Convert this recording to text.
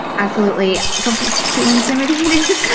absolutely don't be too intimidated.